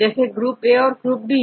जैसे ग्रुपA और ग्रुपB